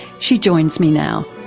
she joins me now.